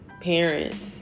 parents